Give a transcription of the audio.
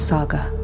Saga